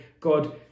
God